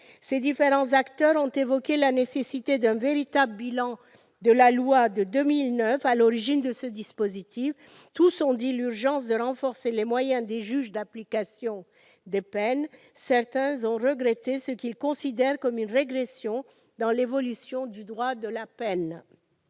Ces différents acteurs ont évoqué la nécessité d'établir un véritable bilan de l'application de la loi de 2009, qui est à l'origine de ce dispositif. Tous ont dit l'urgence de renforcer les moyens des juges de l'application des peines, certains ont regretté ce qu'ils considèrent comme une régression dans l'évolution du droit de la peine.